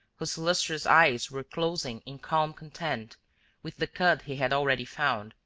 whose lustrous eyes were closing in calm content with the cud he had already found.